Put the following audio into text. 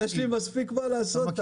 יש לי מספיק מה לעשות, תאמין לי.